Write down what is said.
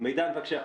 מידן, בבקשה.